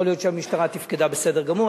יכול להיות שהמשטרה תפקדה בסדר גמור,